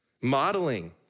Modeling